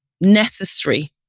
necessary